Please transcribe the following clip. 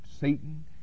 Satan